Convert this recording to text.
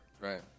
Right